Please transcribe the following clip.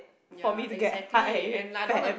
for me to get high fam